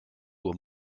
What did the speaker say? uhr